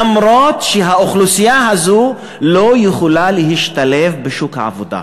אף שהאוכלוסייה הזאת לא יכולה להשתלב בשוק העבודה.